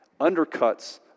undercuts